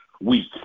week